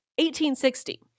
1860